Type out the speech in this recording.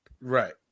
Right